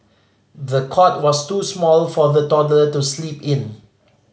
the cot was too small for the toddler to sleep in